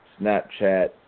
Snapchat